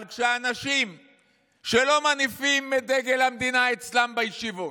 אבל כשהאנשים שלא מניפים דגל המדינה אצלם בישיבות,